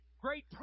Great